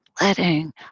letting